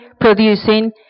producing